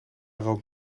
rookt